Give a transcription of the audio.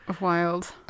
Wild